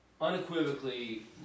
unequivocally